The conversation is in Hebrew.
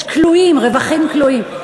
יש כלואים, רווחים כלואים.